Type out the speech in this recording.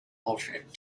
alternate